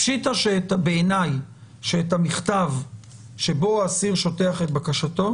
פשיטא בעיניי שאת המכתב שבו אסיר שוטח את בקשתו